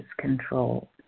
control